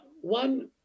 one